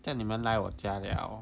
这样你们来我家了